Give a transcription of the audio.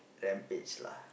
Rampage lah